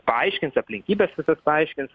paaiškins aplinkybes visas paaiškins